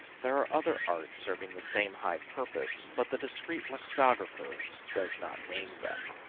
there are other arts serving the same high purpose, but the discreet lexicographer does not name them.